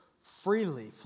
freely